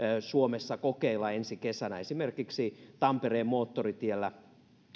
suomessa kokeilla ensi kesänä esimerkiksi tampereen moottoritiellä